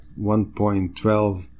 1.12